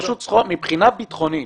מבחינה ביטחונית,